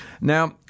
Now